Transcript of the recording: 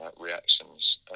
reactions